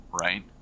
right